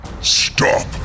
stop